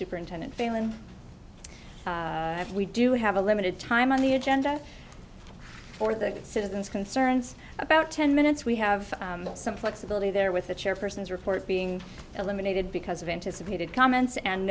superintendent failon as we do have a limited time on the agenda for the good citizens concerns about ten minutes we have some flexibility there with the chairpersons report being eliminated because of anticipated comments and